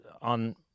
on